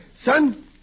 Son